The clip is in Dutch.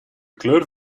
kleur